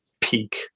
peak